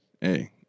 Hey